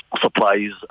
supplies